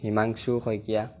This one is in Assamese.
হিমাংশু শইকীয়া